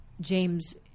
James